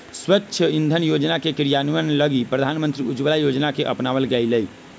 स्वच्छ इंधन योजना के क्रियान्वयन लगी प्रधानमंत्री उज्ज्वला योजना के अपनावल गैलय